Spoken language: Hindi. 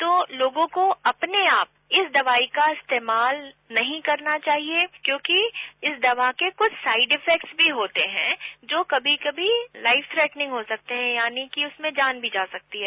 तो लोगो को अपने आप इस दवाई का इस्तेमाल नहीं करना चाहिए क्योंकि इस दवा के कुछ साइड इफेक्ट भी होते हैं जो कमी कमी लाइफ थेटनिंग हो सकते हैं यानी कि उसमें जान भी जा सकती है